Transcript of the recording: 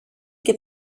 και